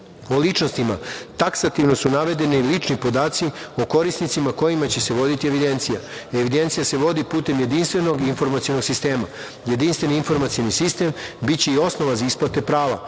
o ličnostima taksativno su navedeni lični podaci o korisnicima o kojima će se voditi evidencija. Evidencija se vodi putem jedinstvenog informacionog sistema. Jedinstveni informacioni sistem biće i osnova za isplate prava.